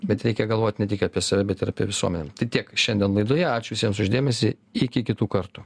bet reikia galvot ne tik apie save bet ir apie visuomenę tai tiek šiandien laidoje ačiū jiems už dėmesį iki kitų kartų